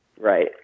Right